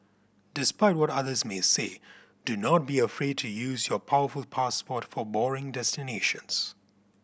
despite what others may say do not be afraid to use your powerful passport for boring destinations